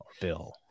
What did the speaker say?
Bill